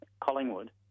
Collingwood